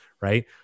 right